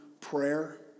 prayer